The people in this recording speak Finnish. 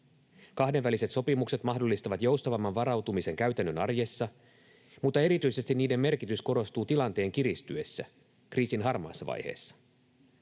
Kahdenväliset sopimukset mahdollistavat joustavamman varautumisen käytännön arjessa, mutta erityisesti niiden merkitys korostuu tilanteen kiristyessä, kriisin harmaassa vaiheessa.